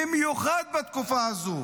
במיוחד בתקופה הזו